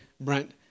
Brent